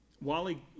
Wally